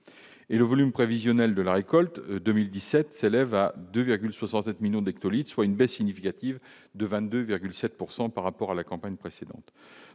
et le volume prévisionnel de la récolte 2017 c'est lève 2 67 millions d'hectolitres, soit une baisse significative de 20 2 7 pourcent par rapport à la campagne précédente,